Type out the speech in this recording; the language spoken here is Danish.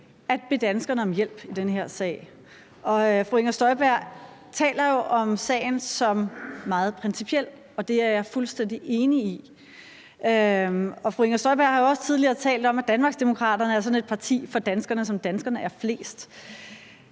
at bede danskerne om hjælp i den her sag. Fru Inger Støjberg taler jo om sagen som meget principiel, og det er jeg fuldstændig enig i. Og fru Inger Støjberg har jo også tidligere talt om, at Danmarksdemokraterne er sådan et parti for danskerne, som danskerne er flest.